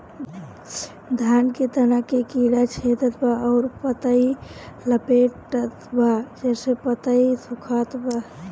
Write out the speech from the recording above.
धान के तना के कीड़ा छेदत बा अउर पतई लपेटतबा जेसे पतई सूखत बा?